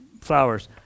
flowers